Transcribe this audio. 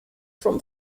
from